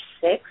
six